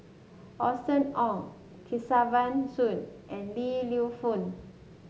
Austen Ong Kesavan Soon and Li Lienfung